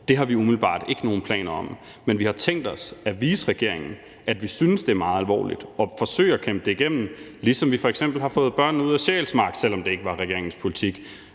Det har vi umiddelbart ikke nogen planer om, men vi har tænkt os at vise regeringen, at vi synes, det er meget alvorligt, og forsøge at kæmpe det igennem, ligesom vi f.eks. har fået børnene ud af Sjælsmark, selv om det ikke var regeringens politik,